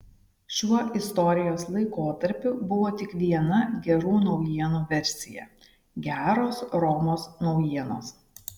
šiuo istorijos laikotarpiu buvo tik viena gerų naujienų versija geros romos naujienos